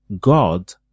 god